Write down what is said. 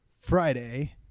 Friday